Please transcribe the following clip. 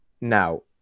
Now